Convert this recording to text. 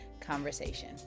conversation